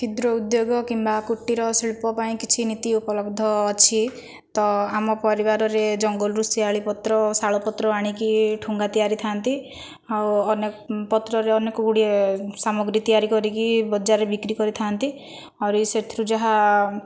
କ୍ଷୁଦ୍ର ଉଦ୍ୟୋଗ କିମ୍ବା କୁଟୀର ଶିଳ୍ପ ପାଇଁ କିଛି ନୀତି ଉପଲବ୍ଧ ଅଛି ତ ଆମ ପରିବାରରେ ଜଙ୍ଗଲରୁ ଶିଆଳି ପତ୍ର ଶାଳ ପତ୍ର ଆଣିକି ଠୁଙ୍ଗା ତିଆରି ଥାଆନ୍ତି ଆଉ ଅନେ ପତ୍ରରେ ଅନେକ ଗୁଡ଼ିଏ ସାମଗ୍ରୀ ତିଆରି କରିକି ବଜାରରେ ବିକ୍ରି କରିଥାନ୍ତି ଆହୁରି ସେଥିରୁ ଯାହା